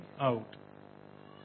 out